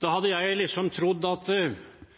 Da hadde jeg trodd det skulle være litt mer oppstuss. Jeg håper i hvert fall at